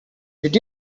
did